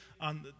on